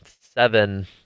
seven